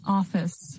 office